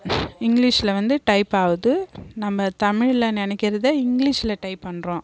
இங்கிலீஷில் வந்து டைப்பாகுது நம்ம தமிழில் நெனைக்கிறத இங்கிலீஷில் டைப் பண்ணுறோம்